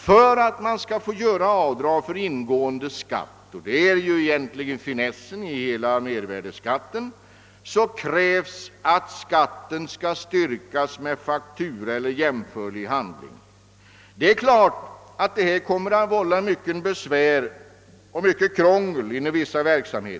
För att man skall få göra avdrag för ingående skatt — och det är ju finessen med mervärdeskatten — krävs att skatten styrks med faktura eller jämförlig handling. Det är klart att det kommer att vålla mycket besvär och krångel inom vissa verksamheter.